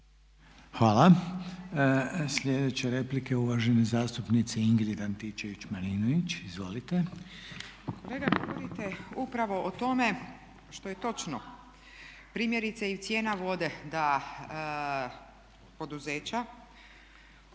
Hvala. Sljedeća replika je uvažene zastupnice Ingrid Antičević-Marinović. IZvOlite. **Antičević Marinović, Ingrid (SDP)** Vidite upravo o tome što je točno, primjerice i cijena vode da poduzeća